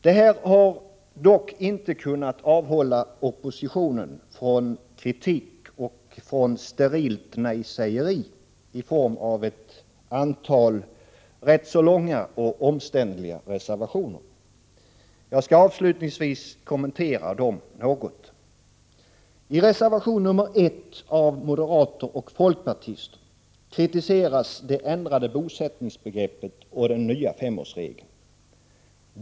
Detta har dock inte kunnat avhålla oppositionen från kritik och sterilt nejsägeri i form av ett antal rätt långa och omständliga reservationer. Jag skall avslutningsvis kommentera dem något. I reservation 1 av moderater och folkpartister kritiseras det ändrade bosättningsbegreppet och den nya femårsregeln.